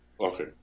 Okay